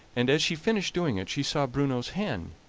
and, as she finished doing it, she saw bruno's hen,